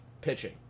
pitching